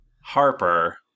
Harper